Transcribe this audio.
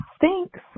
Thanks